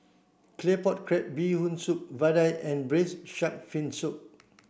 Claypot Crab Bee Hoon Soup Vadai and braised shark fin soup